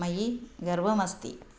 मयि गर्वः अस्ति